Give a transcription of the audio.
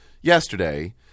yesterday